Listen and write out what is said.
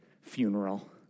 funeral